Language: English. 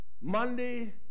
Monday